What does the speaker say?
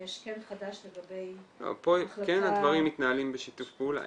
יש כן חדש לגבי החלטה -- פה כן הדברים מתנהלים בשיתוף פעולה.